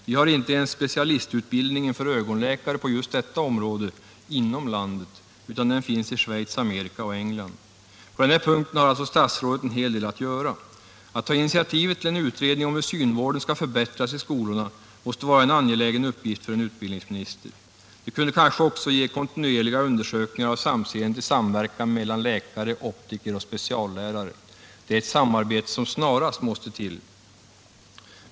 Vi har inte ens specialistutbildning för ögonläkare på just detta område inom landet utan den finns i Schweiz, Amerika och England. På den här punkten har alltså statsrådet en hel del att göra. Att ta initiativet till en utredning om hur synvården skall förbättras i skolorna måste vara en angelägen uppgift för en utbildningsminister. Det kunde kanske också ge kontinuerliga undersökningar av samseendet i samverkan mellan läkare, optiker och speciallärare. Det är ett samarbete som snarast måste till.